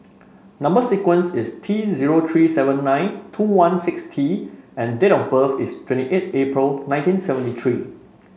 number sequence is T zero three seven nine two one six T and date of birth is twenty eight April nineteen seventy three